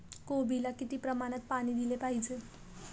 कोबीला किती प्रमाणात पाणी दिले पाहिजे?